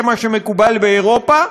זה מה שמקובל באירופה,